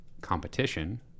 competition